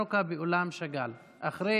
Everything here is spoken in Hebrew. אתם מוזמנים לאירוע הדלקת נרות חנוכה באולם שאגאל אחרי